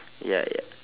ya ya